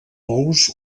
bous